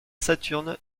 saturne